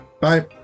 Bye